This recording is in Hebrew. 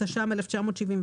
התש"ם-1979.